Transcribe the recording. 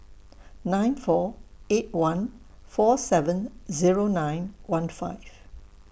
nine four eight one four seven Zero nine one five